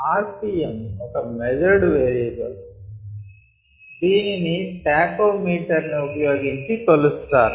rpm ఒక measured variable దేనిని tachometer ని ఉపయోగించికొలుస్తారు